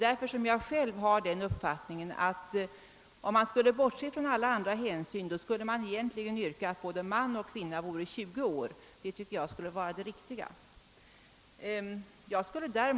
Därför har jag den uppfattningen att om man skulle bortse från alla andra hänsyn, borde man egentligen yrka att både man och kvinna skulle vara 20 år.